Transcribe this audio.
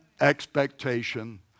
expectation